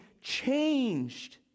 changed